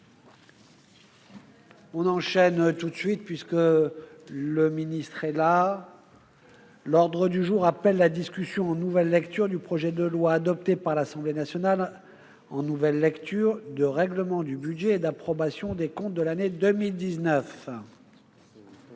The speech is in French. constituant l'ensemble du projet de loi. L'ordre du jour appelle la discussion, en nouvelle lecture, du projet de loi, adopté par l'Assemblée nationale en nouvelle lecture, de règlement du budget et d'approbation des comptes de l'année 2019